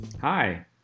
Hi